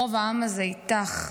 רוב העם הזה איתך.